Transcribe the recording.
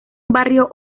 barrio